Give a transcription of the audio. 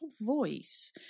voice